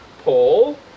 Paul